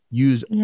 use